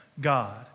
God